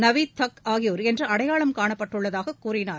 நவித்டக் ஆகியோர் என்றுஅடையாளம் காணப்பட்டுள்ளதாககூறினார்